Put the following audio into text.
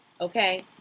okay